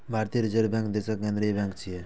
भारतीय reserve bank देशक केंद्रीय बैंक छियै